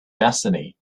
destiny